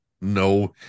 no